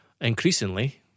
increasingly